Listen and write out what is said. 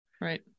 Right